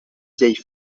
vieilles